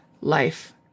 life